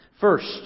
First